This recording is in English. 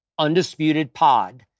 UndisputedPod